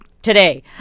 today